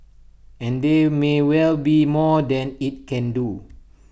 and there may well be more than IT can do